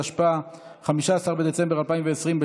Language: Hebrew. התשפ"א 2020,